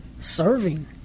serving